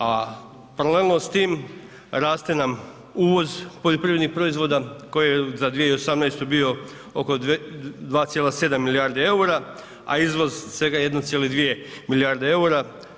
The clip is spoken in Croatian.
A paralelno s tim raste nam uvoz poljoprivrednih proizvoda koji je za 2018. bio oko 2,7 milijardi eura, a izvoz svega 1,2 milijarde eura.